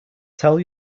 tell